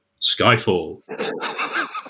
Skyfall